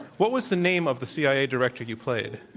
what was the name of the cia director you played?